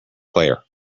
player